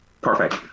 Perfect